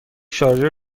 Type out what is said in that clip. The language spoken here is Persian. شارژر